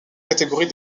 catégorie